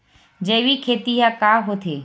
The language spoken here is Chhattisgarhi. जैविक खेती ह का होथे?